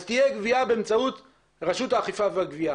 תהיה גבייה באמצעות רשות האכיפה והגבייה